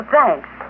Thanks